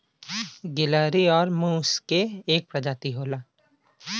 गिलहरी आउर मुस क एक परजाती होला